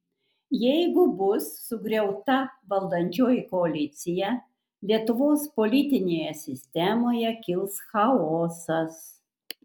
jeigu bus sugriauta valdančioji koalicija lietuvos politinėje sistemoje kils chaosas